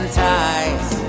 ties